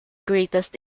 greatest